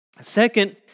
Second